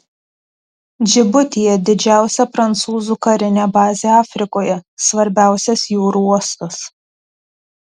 džibutyje didžiausia prancūzų karinė bazė afrikoje svarbiausias jūrų uostas